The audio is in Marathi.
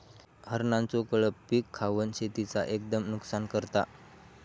हरणांचो कळप पीक खावन शेतीचा एकदम नुकसान करता